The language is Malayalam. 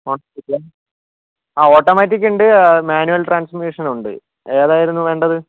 ഹോണ്ട സിറ്റിയാണോ ഓട്ടോമാറ്റിക്ക് ഉണ്ട് മാനുവൽ ട്രാൻസ്ഫോർമേഷൻ ഉണ്ട് ഏതായിരുന്നു വേണ്ടത്